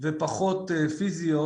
ופחות פיזיות